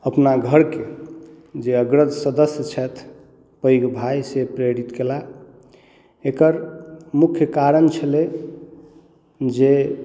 अपना घर के जे अग्रज सदस्य छथि पैघ भाय से प्रेरित केला एकर मुख्य कारण छलै जे